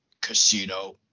casino